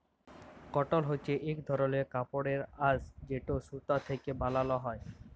কটল হছে ইক ধরলের কাপড়ের আঁশ যেট সুতা থ্যাকে বালাল হ্যয়